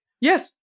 Yes